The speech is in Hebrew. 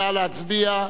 נא להצביע.